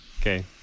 Okay